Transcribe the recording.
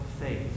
faith